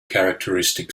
characteristic